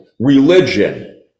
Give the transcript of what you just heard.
Religion